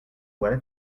voilà